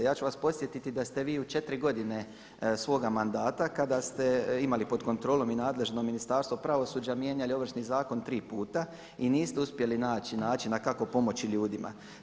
Ja ću vas podsjetiti da ste vi u 4 godine svoga mandata kada ste imali pod kontrolom i nadležno Ministarstvo pravosuđa mijenjali Ovršni zakon 3 puta i niste uspjeli naći načina kako pomoći ljudima.